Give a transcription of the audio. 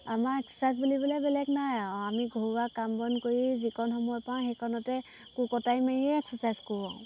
আমাৰ এক্সাৰচাইজ বুলিবলৈ বেলেগ নাই আৰু আমি ঘৰুৱা কাম বন কৰি যিকণ সময় পাওঁ সেইকণতে কুকটাই মাৰি এক্সাৰচাইজ কৰোঁ আৰু